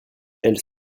elles